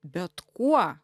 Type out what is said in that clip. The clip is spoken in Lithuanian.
bet kuo